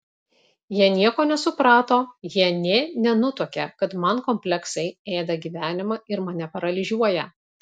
jie nieko nesuprato jie nė nenutuokia kad man kompleksai ėda gyvenimą ir mane paralyžiuoja